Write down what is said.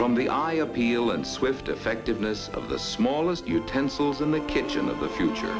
from the eye appeal and swift effectiveness of the smallest utensils in the kitchen of the future